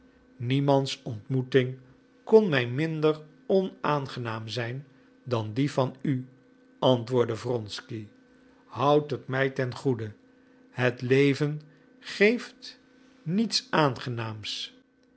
niemands ontmoeting kon mij minder onaangenaam zijn dan die van u antwoordde wronsky houd het mij ten goede het leven geeft niets aangenaams